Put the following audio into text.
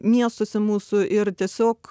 miestuose mūsų ir tiesiog